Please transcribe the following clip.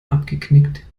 abgeknickt